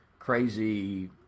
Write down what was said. crazy